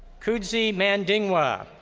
kudzi mandingwa.